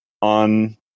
on